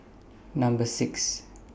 Number six